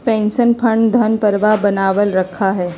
pension fund धन प्रवाह बनावल रखा हई